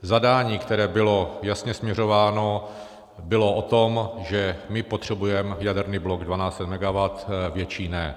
Zadání, které bylo jasně směřováno, bylo o tom, že my potřebujeme jaderný blok 1 200 megawatt, větší ne.